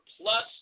plus